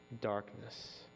darkness